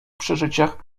przeżyciach